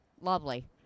lovely